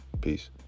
Peace